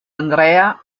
andrea